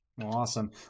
awesome